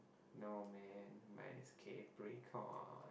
no man mine's Capricorn